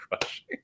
crushing